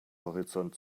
horizont